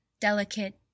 delicate